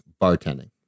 bartending